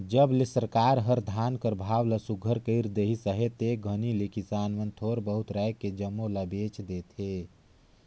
जब ले सरकार हर धान कर भाव ल सुग्घर कइर देहिस अहे ते घनी ले किसान मन थोर बहुत राएख के जम्मो ल बेच देथे